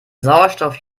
sauerstoff